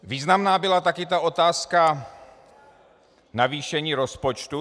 Významná byla také ta otázka navýšení rozpočtu.